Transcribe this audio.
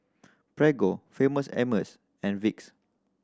Prego Famous Amos and Vicks